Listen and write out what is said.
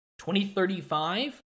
2035